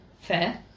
Fair